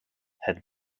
had